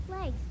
legs